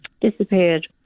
Disappeared